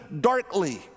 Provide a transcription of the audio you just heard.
darkly